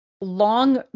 long